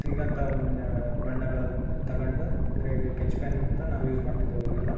ಸಿಗೋಂಥವನ್ನ ಬಣ್ಣಗಳಲ್ಲಿ ತಗೋಂಡು ಅಂದರೆ ಕೆಚ್ಪೆನ್ ಅಂತ ಯೂಸ್ ಮಾಡ್ತಿದ್ದಿವಿ ಆವಾಗೆಲ್ಲ